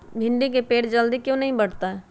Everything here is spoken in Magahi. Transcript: भिंडी का पेड़ जल्दी क्यों नहीं बढ़ता हैं?